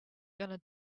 going